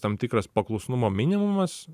tam tikras paklusnumo minimumas